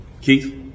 Keith